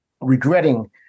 regretting